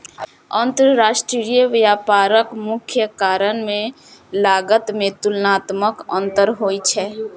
अंतरराष्ट्रीय व्यापारक मुख्य कारण मे लागत मे तुलनात्मक अंतर होइ छै